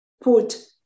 put